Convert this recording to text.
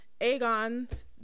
Aegon